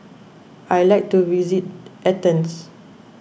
I like to visit Athens